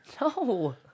No